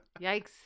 yikes